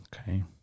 Okay